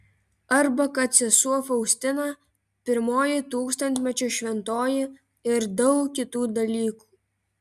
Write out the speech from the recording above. arba kad sesuo faustina pirmoji tūkstantmečio šventoji ir daug kitų dalykų